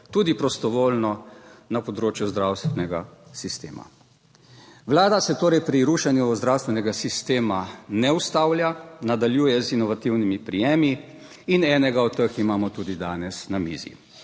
tudi prostovoljno na področju zdravstvenega sistema. Vlada se torej pri rušenju zdravstvenega sistema ne ustavlja, nadaljuje z inovativnimi prijemi in enega od teh imamo tudi danes na mizi.